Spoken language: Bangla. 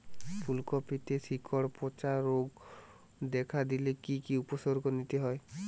ফুলকপিতে শিকড় পচা রোগ দেখা দিলে কি কি উপসর্গ নিতে হয়?